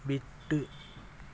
விட்டு